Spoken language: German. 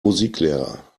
musiklehrer